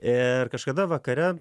ir kažkada vakare